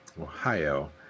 Ohio